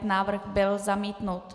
Návrh byl zamítnut.